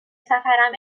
سفرم